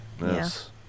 Yes